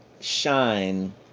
shine